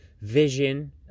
vision